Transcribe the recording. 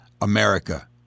America